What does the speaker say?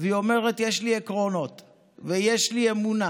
והיא אומרת: יש לי עקרונות ויש לי אמונה,